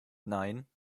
nein